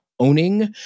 owning